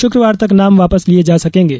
शुक्रवार तक नाम वापस लिए जा सकेंगे